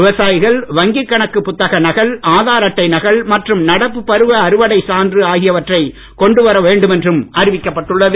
விவசாயிகள் வங்கிக் கணக்கு புத்தக நகல் ஆதார் அட்டை நகல் மற்றும் நடப்பு பருவ அறுவடைச் சான்று ஆகியவற்றை கொண்டு வர வேண்டும் என்றும் அறிவிக்கப்பட்டுள்ளது